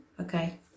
Okay